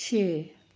ਛੇ